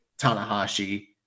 Tanahashi